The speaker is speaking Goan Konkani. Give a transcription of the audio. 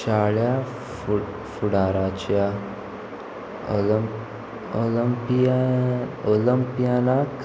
शाळा फुट फुडाराच्या अवलंब अवलंपिया ओल्मपियानाक